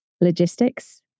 logistics